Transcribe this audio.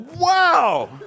wow